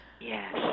Yes